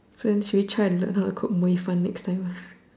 so you should try to learn how to cook mui fan next time